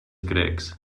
grecs